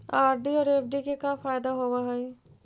RD और FD के का फायदा होव हई?